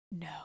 No